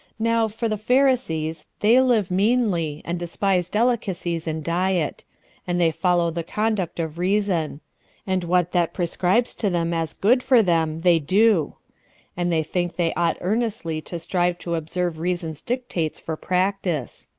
now, for the pharisees, they live meanly, and despise delicacies in diet and they follow the conduct of reason and what that prescribes to them as good for them they do and they think they ought earnestly to strive to observe reason's dictates for practice.